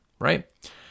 right